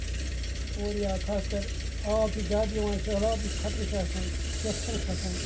اورِ یا خاص کر آب چھُ زیادٕ یِوان سٔہلاب خاطرٕ چھُ آسان سیکھ چھَنہٕ کھسان